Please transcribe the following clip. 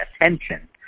attention